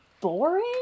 boring